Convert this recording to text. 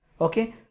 okay